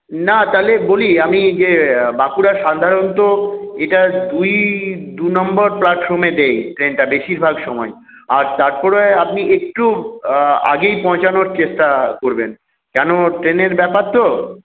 না তাহলে বলি আমি যে বাঁকুড়ার সাধারণত এটা দুই দু নম্বর প্ল্যাটফর্মে দেয় ট্রেনটা বেশির ভাগ সময় আর তারপরে আপনি একটু আগেই পৌঁছানোর চেষ্টা করবেন কেন ট্রেনের ব্যাপার তো